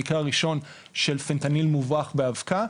המקרה הראשון של פנטניל מוברח באבקה,